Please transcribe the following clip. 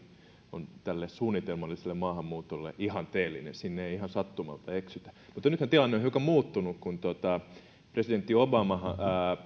on tälle suunnitelmalliselle maahanmuutolle ihanteellinen sinne ei ihan sattumalta eksytä mutta nythän tilanne on hiukan muuttunut kun presidentti obama